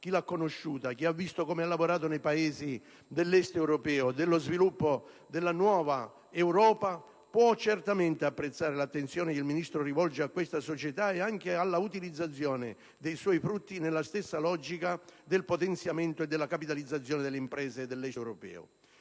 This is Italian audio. chi l'ha conosciuta ed ha visto come ha lavorato nei Paesi dell'Est europeo, nello sviluppo della nuova Europa, può certamente apprezzare l'attenzione che il Ministro rivolge a tale società e anche all'utilizzazione dei suoi frutti nella logica del potenziamento e della capitalizzazione delle imprese dell'Est europeo.